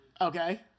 Okay